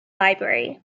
library